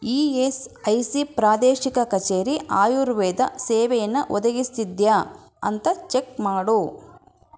E S I C ಪ್ರಾದೇಶಿಕ ಕಚೇರಿ ಆಯುರ್ವೇದ ಸೇವೆಯನ್ನು ಒದಗಿಸ್ತಿದೆಯಾ ಅಂತ ಚೆಕ್ ಮಾಡು